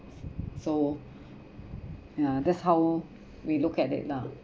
so yeah that's how we look at it lah